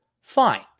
Fine